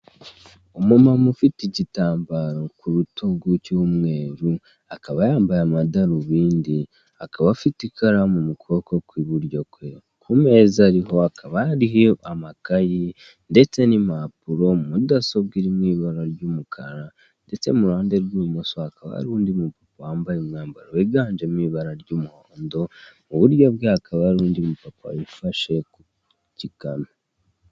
Umumama ufite igitambaro ku rutugu cy'umweru, akaba yambaye amadarubindi, akaba afite ikaramu mu kuboko kw'iburyo kwe. Ku meza ariho hakaba hariho amakayi ndetse n'impapuro, mudasobwa iri mu ibara ry'umukara, ndetse mu ruhande rw'ibumoso hakaba ari undi mupapa wambaye umwambaro wiganjemo ibara ry'umuhondo, mu buryo bwe hakaba hari undi mupapa wifashe ku gikanu.